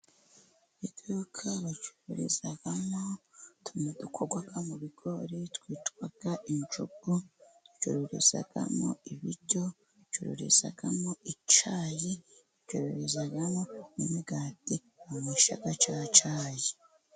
Iduka bacururizamo utuntu dukorwa mu bigori twitwa injugu, bacururizamo ibiryo, bacururizamo icyayi, bacururizamo n'imigati unywesha cya cyayi.